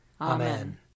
Amen